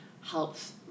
helps